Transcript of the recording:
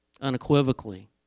unequivocally